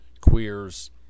queers